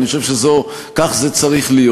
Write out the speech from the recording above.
אני חושב שזו, כך זה צריך להיות.